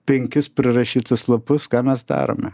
penkis prirašytus lapus ką mes darome